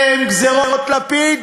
אלה הן גזירות לפיד?